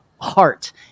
heart